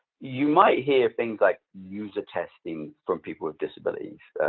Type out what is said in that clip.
you might hear things like user testing for people with disabilities,